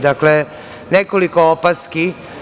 Dakle, nekoliko opaski.